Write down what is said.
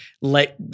let